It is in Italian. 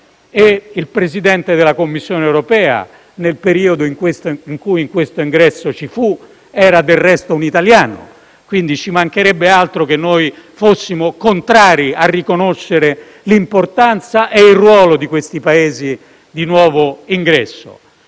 Il Presidente della Commissione europea, nel periodo in cui questo ingresso vi fu, era del resto un italiano. Quindi, ci mancherebbe altro che noi fossimo contrari a riconoscere l'importanza e il ruolo di questi Paesi di nuovo ingresso.